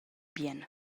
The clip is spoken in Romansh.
bien